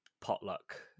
potluck